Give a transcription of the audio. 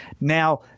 Now